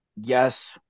Yes